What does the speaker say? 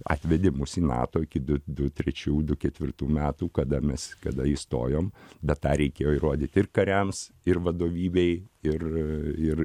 atvedė mus į nato iki du du trečių jau du ketvirtų metų kada mes kada įstojom bet tą reikėjo įrodyt ir kariams ir vadovybei ir